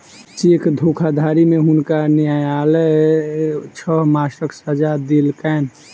cheque धोखाधड़ी में हुनका न्यायलय छह मासक सजा देलकैन